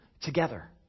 together